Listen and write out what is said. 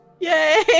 Yay